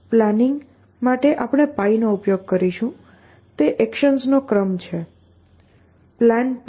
planning આપણે નો ઉપયોગ કરીશું તે એકશન્સનો ક્રમ છે Plan a1a2a3